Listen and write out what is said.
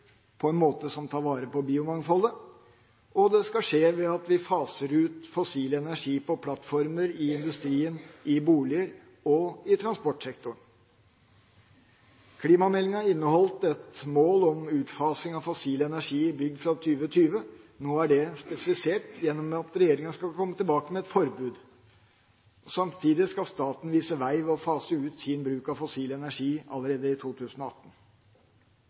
på en måte som tar vare på biomangfoldet. Det skal skje ved at vi faser ut fossil energi på plattformer, i industrien, i boliger og i transportsektoren. Klimameldinga inneholdt et mål om utfasing av fossil energi i bygg fra 2020. Nå er dette spesifisert gjennom at regjeringa skal komme tilbake med et forbud. Samtidig skal staten vise vei ved å fase ut sin bruk av fossil energi allerede i 2018.